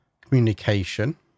communication